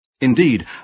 Indeed